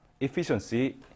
efficiency